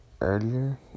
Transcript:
earlier